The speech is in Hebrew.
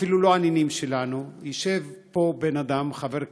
אפילו לא הנינים שלנו, ישב פה בן אדם, חבר כנסת,